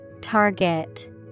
Target